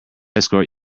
escort